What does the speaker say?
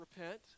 repent